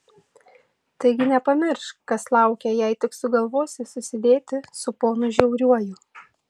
taigi nepamiršk kas laukia jei tik sugalvosi susidėti su ponu žiauriuoju